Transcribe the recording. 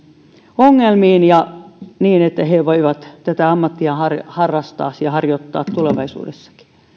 ongelmiin niin että he voivat tätä ammattia harrastaa ja harjoittaa tulevaisuudessakin